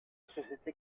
société